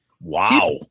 Wow